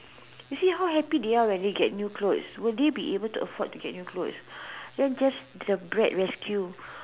you see how happy they are when they get new clothes will they be able to afford to get new clothes that's just the bread rescue